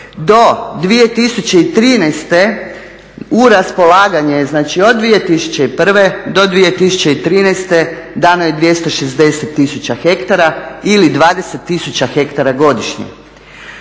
Do 2013. u raspolaganje, znači od 2001. do 2013. dano je 260 tisuća hektara ili 20 tisuća hektara godišnje.